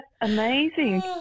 amazing